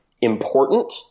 important